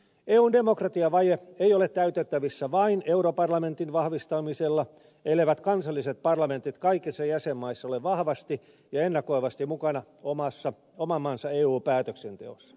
eun demokratiavaje ei ole täytettävissä vain europarlamentin vahvistamisella elleivät kansalliset parlamentit kaikissa jäsenmaissa ole vahvasti ja ennakoivasti mukana oman maansa eu päätöksenteossa